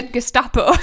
Gestapo